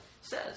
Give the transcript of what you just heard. says